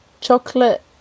chocolate